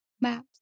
maps